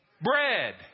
bread